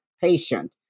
patient